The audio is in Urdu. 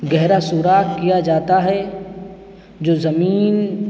گہرا سوراخ کیا جاتا ہے جو زمین